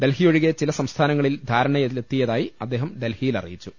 ഡൽഹിയൊഴികെ ചില സംസ്ഥാനങ്ങളിൽ ധാര ണയിലെത്തിയതായി അദ്ദേഹം ഡൽഹിയിൽ അറിയിച്ചു